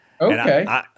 Okay